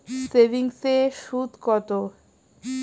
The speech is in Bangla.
সেভিংসে সুদ কত?